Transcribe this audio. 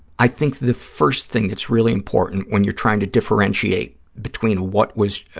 i think the first thing that's really important when you're trying to differentiate between what was,